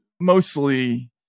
mostly